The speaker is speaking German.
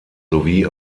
sowie